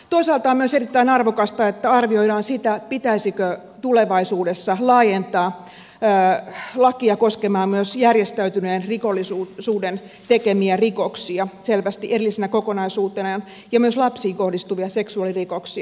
toisaalta on myös erittäin arvokasta että arvioidaan sitä pitäisikö tulevaisuudessa laajentaa lakia koskemaan myös järjestäytyneen rikollisuuden tekemiä rikoksia selvästi erillisenä kokonaisuutenaan ja myös lapsiin kohdistuvia seksuaalirikoksia